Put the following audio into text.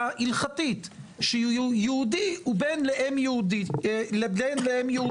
הילכתית שיהודי הוא בן לאם יהודייה.